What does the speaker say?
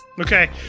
Okay